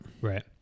Right